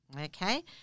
Okay